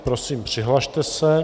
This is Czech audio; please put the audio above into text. Prosím, přihlaste se.